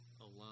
alone